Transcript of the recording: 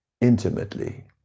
intimately